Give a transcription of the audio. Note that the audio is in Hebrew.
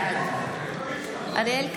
בעד אריאל קלנר,